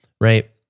right